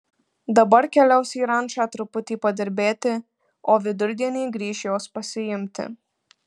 dabar keliaus į rančą truputį padirbėti o vidurdienį grįš jos pasiimti